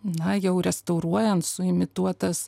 na jau restauruojant suimituotas